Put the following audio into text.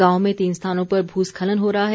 गांव में तीन स्थानों पर भू स्खलन हो रहा है